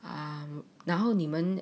um 然后你们